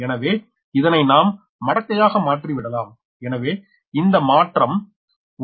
எனவே இதனை நாம் மடக்கையாக மாற்றி விடலாம் எனவே இந்த மாற்றம் உங்களுடையது